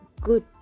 good